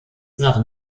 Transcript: nach